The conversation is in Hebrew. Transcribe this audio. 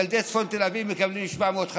ילדי צפון תל אביב מקבלים 750 שקל,